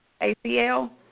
ACL